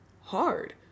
hard